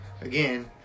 again